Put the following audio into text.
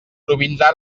provindrà